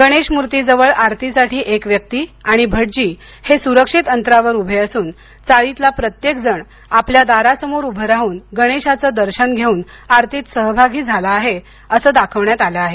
गणेशमूर्ती जवळ आरतीसाठी एक व्यक्ती आणि भटजी हे स्रक्षित अंतरावर उभे असून चाळीतला प्रत्येक जण आपल्या दारासमोर उभे राहून गणेशाचे दर्शन घेऊन आरतीत सहभागी झाले आहेत असं दाखवण्यात आलं आहे